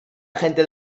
gente